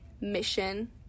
mission